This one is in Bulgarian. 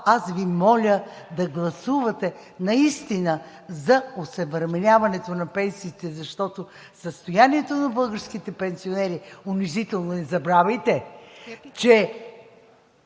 аз Ви моля да гласувате наистина за осъвременяването на пенсиите, защото състоянието на българските пенсионери е унизително. Не забравяйте, че